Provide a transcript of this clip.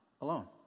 alone